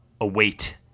await